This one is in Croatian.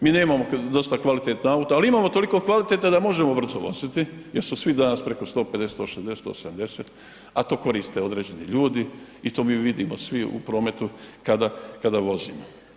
Mi nemamo dosta kvalitetna auta, ali imamo toliko kvalitetna da možemo brzo voziti jer su svi danas preko 150, 160, 170, a to koriste određeni ljudi i to mi vidimo svi u prometu kada vozimo.